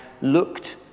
looked